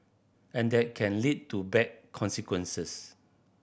and that can lead to bad consequences